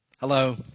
Hello